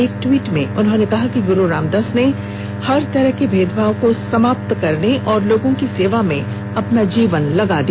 एक ट्वीट में उन्होंने कहा कि गुरु रामदास जी ने हर तरह के भेदभाव को समाप्त करने और लोगों की सेवा में अपना जीवन लगा दिया